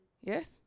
Yes